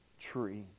tree